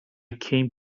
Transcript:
came